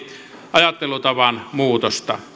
ajattelutavan muutosta